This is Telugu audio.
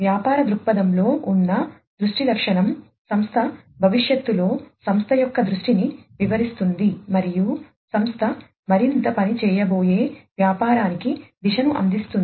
వ్యాపార దృక్పథంలో ఉన్న దృష్టి లక్షణం సంస్థ భవిష్యత్తులో సంస్థ యొక్క దృష్టిని వివరిస్తుంది మరియు సంస్థ మరింత పని చేయబోయే వ్యాపారానికి దిశను అందిస్తుంది